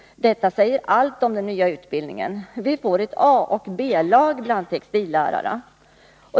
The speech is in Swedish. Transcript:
Detta säger allt om den nya utbildningen. Vi får ett A och ett B-lag bland textillärarna.